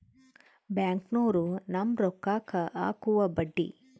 ಬ್ಯಾಂಕ್ನೋರು ನಮ್ಮ್ ರೋಕಾಕ್ಕ ಅಕುವ ಬಡ್ಡಿ